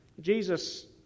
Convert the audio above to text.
Jesus